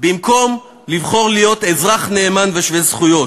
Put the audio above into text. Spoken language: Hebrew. במקום לבחור להיות אזרח נאמן ושווה זכויות.